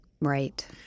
Right